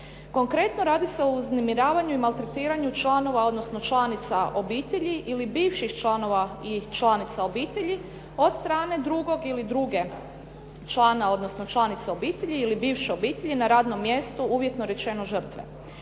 Konkretno radi se o uznemiravanju i maltretiranju članova, odnosno članica obitelji ili bivših članova i članica obitelji od strane drugog ili druge člana odnosno članice obitelji ili bivše obitelji na radnom mjestu uvjetno rečeno žrtve.